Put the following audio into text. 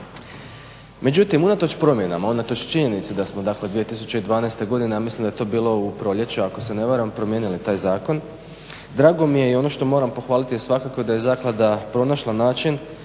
Međutim, unatoč promjenama, unatoč činjenici da smo dakle 2012. godine ja mislim da je to bilo u proljeće ako se ne varam promijenili taj zakon, drago mi je i ono što moram pohvaliti je svakako da je zaklada pronašla način